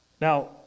Now